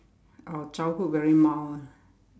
our childhood very mild ah